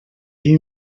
ell